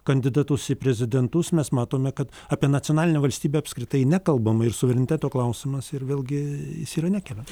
kandidatus į prezidentus mes matome kad apie nacionalinę valstybę apskritai nekalbama ir suvereniteto klausimas ir vėlgi jis yra nekeliamas